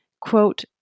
Quote